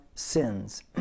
sins